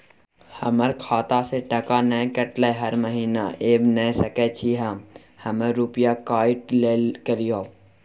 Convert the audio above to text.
हमर खाता से टका नय कटलै हर महीना ऐब नय सकै छी हम हमर रुपिया काइट लेल करियौ?